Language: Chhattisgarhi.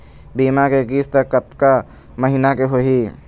बीमा के किस्त कतका महीना के होही?